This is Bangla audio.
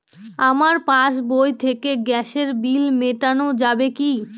আমার পাসবই থেকে গ্যাসের বিল মেটানো যাবে কি?